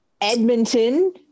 Edmonton